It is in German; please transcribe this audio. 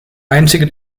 einzige